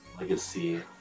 Legacy